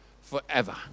forever